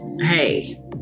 hey